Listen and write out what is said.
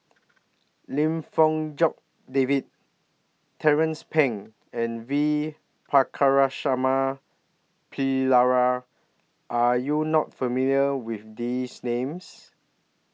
Lim Fong Jock David Tracie Pang and V Pakirisamy Pillai Are YOU not familiar with These Names